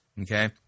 okay